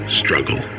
struggle